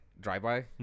drive-by